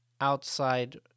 outside